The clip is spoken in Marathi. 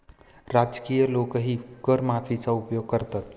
राजकीय लोकही कर माफीचा उपयोग करतात